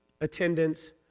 attendance